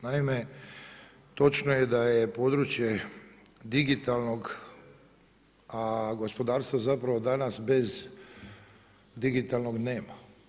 Naime, točno je da je područje digitalnog a gospodarstvo zapravo danas bez digitalnog nema.